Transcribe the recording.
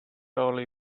only